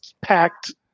packed